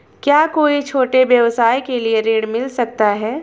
क्या कोई छोटे व्यवसाय के लिए ऋण मिल सकता है?